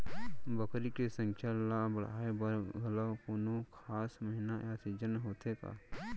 बकरी के संख्या ला बढ़ाए बर घलव कोनो खास महीना या सीजन होथे का?